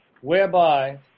whereby